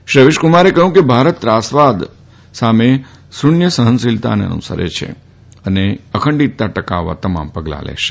શ્રી રવીશકુમારે કહ્યું કે ભારત ત્રાસવાદ અને શૂન્ય સફનશીલતાને અનુસરે છે અને અખંડીતતા ટકાવવા તમામ ગલાં લેશે